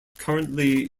currently